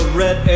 red